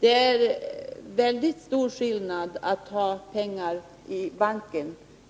Det är en väldigt stor skillnad att ha pengar